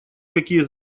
какие